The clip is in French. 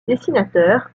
dessinateur